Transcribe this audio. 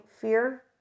fear